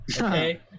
okay